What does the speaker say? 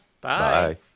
bye